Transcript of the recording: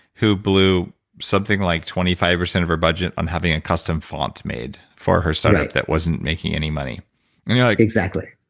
who blew something like twenty five percent of her budget on having a custom font made for her startup that wasn't making any money and yeah like exactly